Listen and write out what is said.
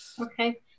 Okay